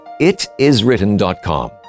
itiswritten.com